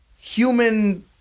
human